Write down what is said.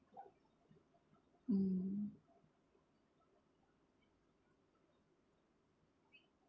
mm